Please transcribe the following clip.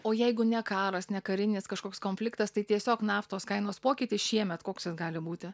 o jeigu ne karas ne karinis kažkoks konfliktas tai tiesiog naftos kainos pokytis šiemet koks jis gali būti